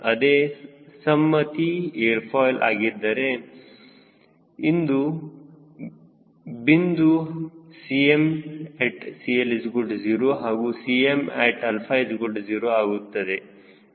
ಅದೇ ಸಮ್ಮತಿ airfoil ಆಗಿದ್ದರೆ ಇಂದು ಬಿಂದು Cmat CL0 ಹಾಗೂ Cmat 0 ಆಗುತ್ತದೆ